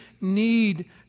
need